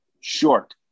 short